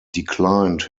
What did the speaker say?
declined